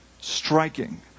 striking